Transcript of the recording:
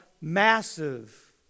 massive